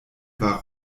war